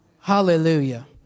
Hallelujah